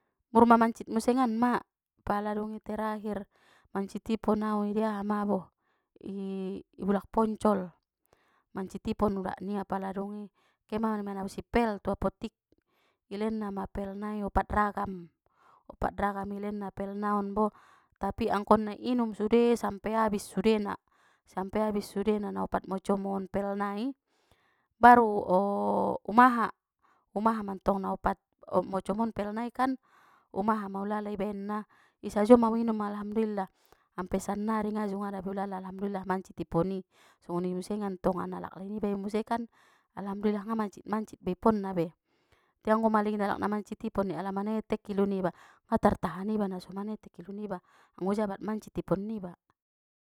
Mur ma mancit musenganma pala dungi terakhir mancit ipon au di aha ma bo i bulak poncol mancit ipon udak nia pala dungi ke ma oni manabusi pel tu apotik ilehen na ma pel nai opat ragam opat ragam ilenna pel naon bo tapi angkon nai inum sude sampe abis sudena sampe abis sudena na opat mocom on pel nai baru um aha um aha mantong na opat mocomon pel nai kan um aha ma ulala ibaen na isajo ma uinum alhamdulillah sampe sannari inda jungada be alhamdulliah mancit ipon i songoni museng antongan alaklai niba imuse kan alhamdulillah inda mancit-mancit be ipon na be te anggo maligin alak na mancit ipon ya allah manetek ilu niba nga tartahan iba naso manetek ilu niba anggo jabat mancit ipon niba.